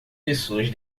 pessoas